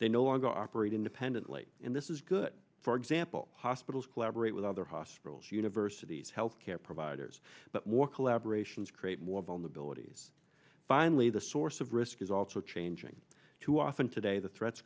they no longer operate independently in this is good for example hospitals collaborate with other hospitals universities health care providers but more collaboration is create more vulnerabilities finally the source of risk is also changing too often today the threats